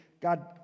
God